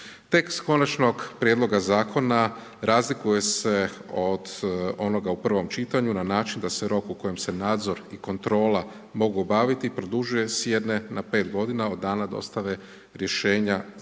Tekst Konačnog prijedloga Zakona razlikuje se od onoga u prvom čitanju na način da se rok u kojem se nadzor i kontrola mogu obaviti produžuje s jedne na 5 godina od dana dostave rješenja stranci.